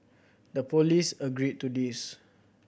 the police agreed to this